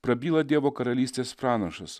prabyla dievo karalystės pranašas